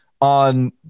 on